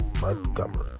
Montgomery